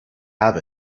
have